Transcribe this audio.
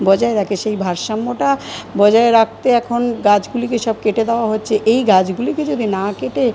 বজায় রাখে সেই ভারসাম্যটা বজায় রাখতে এখন গাছগুলিকে সব কেটে দেওয়া হচ্ছে এই গাছগুলিকে যদি না কেটে